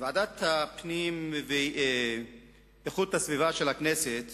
ועדת הפנים ואיכות הסביבה של הכנסת